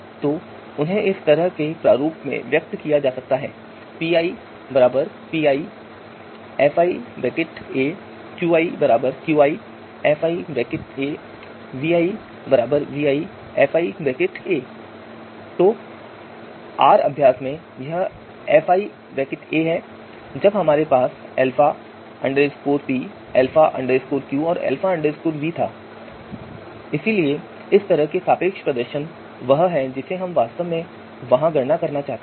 तो उन्हें इस तरह के प्रारूप में व्यक्त किया जा सकता है pi pi fi qi qi fi vi vi fi तो आर अभ्यास में यह फाई ए है जब हमारे पास अल्फा p अल्फा क्यू और अल्फा वी था इसलिए इस तरह का सापेक्ष प्रदर्शन वह है जिसे हम वास्तव में वहां गणना करना चाहते थे